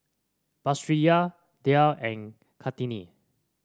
Batrisya Dhia and Kartini